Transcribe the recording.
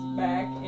back